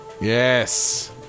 Yes